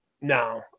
No